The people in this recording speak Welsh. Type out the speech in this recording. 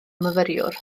myfyriwr